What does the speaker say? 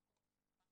נכון.